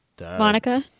Monica